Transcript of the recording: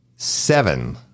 Seven